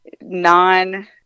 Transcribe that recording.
non-